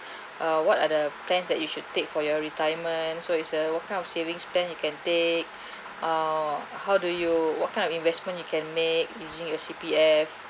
uh what are the plans that you should take for your retirement so it's a what kind of savings bank you can take or how do you what kind of investment you can make using your C_P_F